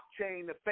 blockchain